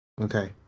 Okay